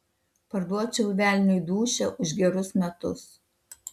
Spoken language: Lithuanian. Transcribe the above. parduočiau velniui dūšią už gerus metus